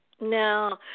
No